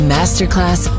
Masterclass